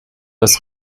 das